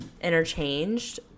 interchanged